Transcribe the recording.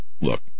look